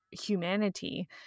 humanity